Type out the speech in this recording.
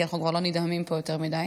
כי אנחנו כבר לא נדהמים פה יותר מדי: